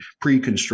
pre-construction